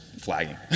flagging